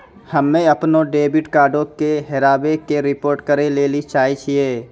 हम्मे अपनो डेबिट कार्डो के हेराबै के रिपोर्ट करै लेली चाहै छियै